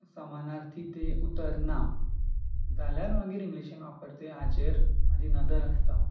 समानार्थी ते उतर ना जाल्यार मागीर इंग्लिशीन वापरचे हाचेर म्हजी नदर आसता